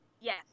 Yes